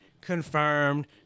Confirmed